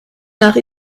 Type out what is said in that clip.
nach